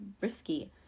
risky